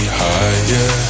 higher